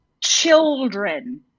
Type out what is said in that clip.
children